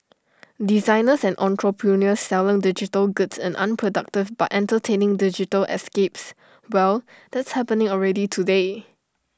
designers and entrepreneurs selling digital goods in unproductive but entertaining digital escapes well that's happening already today